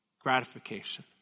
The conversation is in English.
gratification